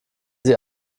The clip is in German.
sie